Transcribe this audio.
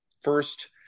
first